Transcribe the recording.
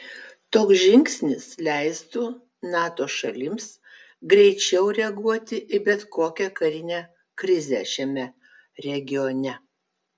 toks žingsnis leistų nato šalims greičiau reaguoti į bet kokią karinę krizę šiame regione